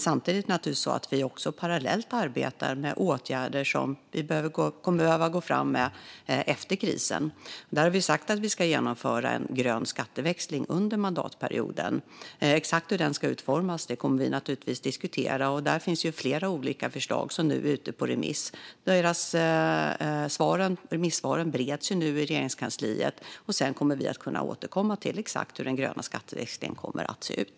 Samtidigt arbetar vi parallellt med åtgärder som vi kommer att behöva gå fram med efter krisen. Där har vi sagt att vi ska genomföra en grön skatteväxling under mandatperioden. Exakt hur den ska utformas kommer vi naturligtvis att diskutera. Där finns flera olika förslag som nu är ute på remiss. Remissvaren bereds nu i Regeringskansliet, och sedan kommer vi att återkomma till exakt hur den gröna skatteväxlingen ska se ut.